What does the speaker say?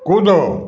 कूदो